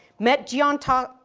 met geonto,